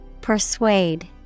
Persuade